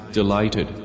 delighted